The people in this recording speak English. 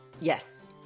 Yes